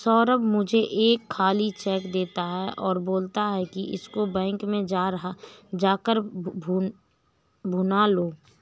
सौरभ मुझे एक खाली चेक देता है और बोलता है कि इसको बैंक में जा कर भुना लो